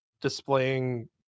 displaying